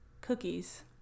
Cookies